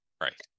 right